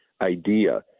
idea